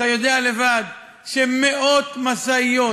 אתה יודע שמאות משאיות,